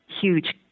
huge